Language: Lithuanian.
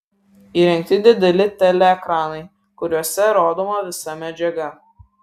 įrengti dideli teleekranai kuriuose rodoma visa medžiaga